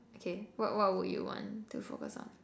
okay what what would you want to focus on